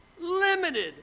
limited